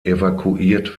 evakuiert